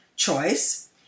Choice